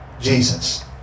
Jesus